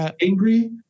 angry